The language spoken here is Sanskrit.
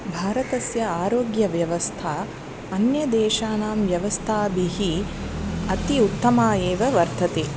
भारतस्य आरोग्यव्यवस्था अन्यदेशानां व्यवस्थाभिः अति उत्तमा एव वर्तते